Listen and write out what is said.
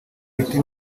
biti